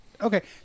okay